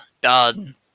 done